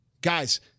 Guys